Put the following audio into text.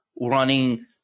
running